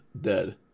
dead